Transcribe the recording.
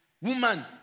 Woman